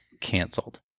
canceled